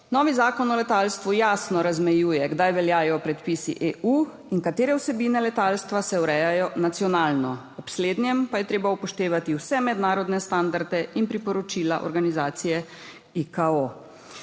Novi Zakon o letalstvu jasno razmejuje, kdaj veljajo predpisi EU in katere vsebine letalstva se urejajo nacionalno, ob slednjem pa je treba upoštevati vse mednarodne standarde in priporočila organizacije ICAO.